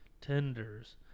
Tenders